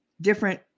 different